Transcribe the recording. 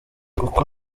kuko